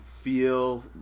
feel